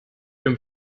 dem